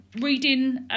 reading